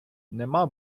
нема